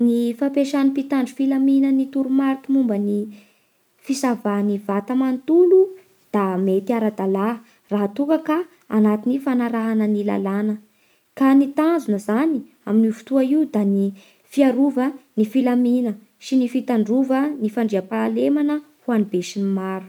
Ny fampiasan'ny mpitandry filamilaminana ny toromariky ny fomba fisava ny vata manontolo da mety ara-dalà raha toka ka anatin'ny fanaraha any lalàna. Ka ny tanjona zany amin'io fotoa io da ny fiarova ny filamina sy ny fitandrova ny fandria-pahalemana ho an'ny be sy ny maro